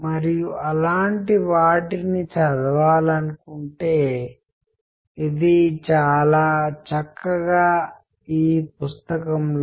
మరియు దానికి సంబంధించిన కొన్ని సంబంధిత అంశాలను నేను వివరించాలనుకుంటున్నాను